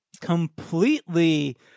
Completely